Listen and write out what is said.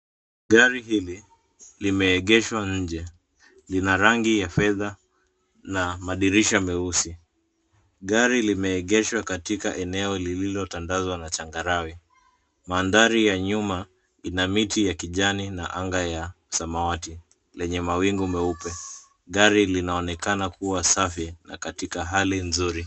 Gari hili, limeegeshwa nje. Lina rangi ya fedha, na madirisha meusi. Gari limeegeshwa katika eneo lililotandazwa na changarawe. Mandhari ya nyuma, ina miti ya kijani na anga ya, samawati, lenye mawingu meupe, gari linaonekana kuwa safi na katika hali nzuri.